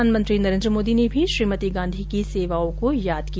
प्रधानमंत्री नरेन्द्र मोदी ने भी श्रीमती गांधी की सेवाओं को याद किया